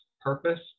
purpose